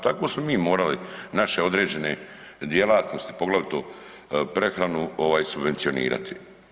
Tako smo mi morali naše određene djelatnosti poglavito prehranu ovaj subvencionirati.